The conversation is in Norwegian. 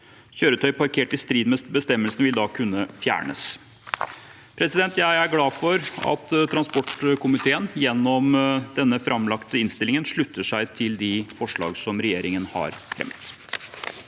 Kjøretøy parkert i strid med bestemmelsen vil da kunne fjernes. Jeg er glad for at transportkomiteen gjennom denne framlagte innstillingen slutter seg til de forslag som regjeringen har fremmet.